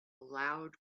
loud